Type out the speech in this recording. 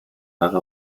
haare